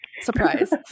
Surprise